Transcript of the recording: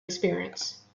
exercise